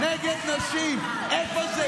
מי פריבילגי?